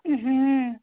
हूँ